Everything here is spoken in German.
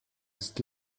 ist